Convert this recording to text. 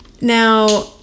now